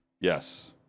yes